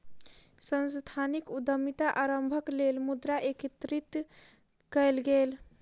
सांस्थानिक उद्यमिता आरम्भक लेल मुद्रा एकत्रित कएल गेल